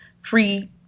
free